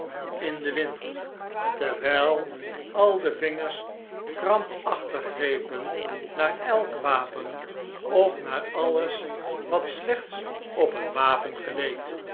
in den wind terwyi al de vingers krampachtig grepen naar elk wapen of naar alles wat slechts op een wapen geleek